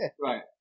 Right